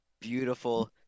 Beautiful